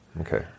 Okay